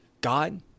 God